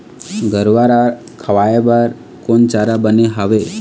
गरवा रा खवाए बर कोन चारा बने हावे?